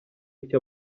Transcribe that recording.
icyo